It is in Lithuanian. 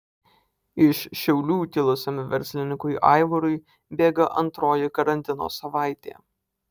iš šiaulių kilusiam verslininkui aivarui bėga antroji karantino savaitė